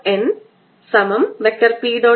nP